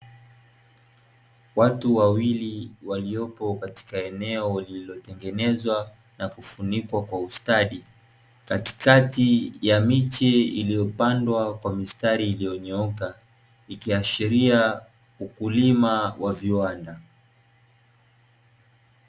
Watu wawili waliopo katika eneo lililotegenezwa na kufunikwa kwa ustadi, katikati ya miche iliyopandwa kwa mistari iliyonyooka, ikiashiria ukulima wa viwanda.